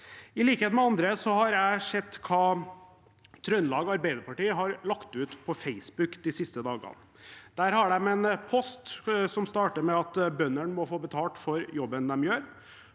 I likhet med andre har jeg sett hva Trøndelag Arbeiderparti har lagt ut på Facebook de siste dagene. Der har de en post som starter med at bøndene må få betalt for jobben de gjør.